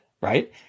right